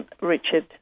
Richard